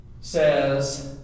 says